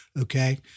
Okay